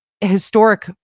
historic